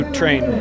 train